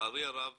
לצערי הרב